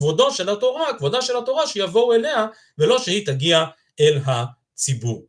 כבודו של התורה, כבודה של התורה, שיבואו אליה ולא שהיא תגיע אל הציבור.